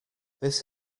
this